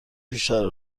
بیشتر